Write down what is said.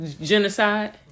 genocide